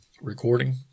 Recording